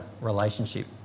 relationship